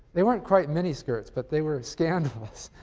they weren't quite mini skirts, but they were scandalous.